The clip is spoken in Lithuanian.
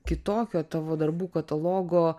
kitokio tavo darbų katalogo